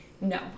no